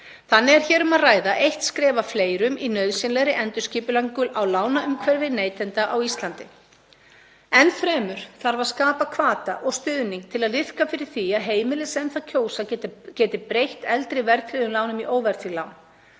Þannig er hér um að ræða eitt skref af fleiri í nauðsynlegri endurskipulagningu á lánaumhverfi neytenda á Íslandi. Enn fremur þarf að skapa hvata og stuðning til að liðka fyrir því að heimili sem það kjósa geti breytt eldri verðtryggðum lánum í óverðtryggð lán.